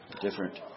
different